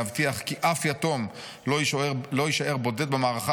להבטיח כי אף יתום לא יישאר בודד במערכה